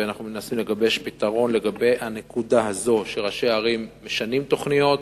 ואנחנו מנסים לגבש פתרון לגבי הנקודה הזאת שראשי ערים משנים תוכניות,